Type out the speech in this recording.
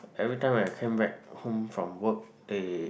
every time I came back home from work they